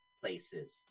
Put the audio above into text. places